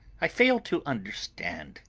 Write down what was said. i fail to understand,